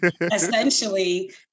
Essentially